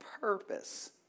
purpose